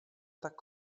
tak